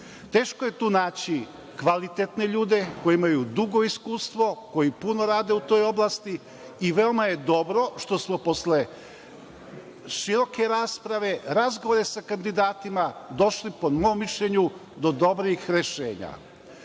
je tu naći kvalitetne ljude koji imaju dugo iskustvo, koji puno rade u toj oblasti i veoma je dobro što smo posle široke rasprave, razgovora sa kandidatima, došli, po mom mišljenju, do dobrih rešenja.